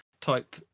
type